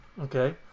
Okay